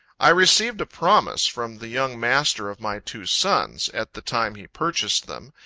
i received a promise from the young master of my two sons, at the time he purchased them,